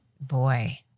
boy